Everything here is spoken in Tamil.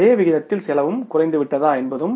அதே விகிதத்தில் செலவும் குறைந்துவிட்டதா என்பதும்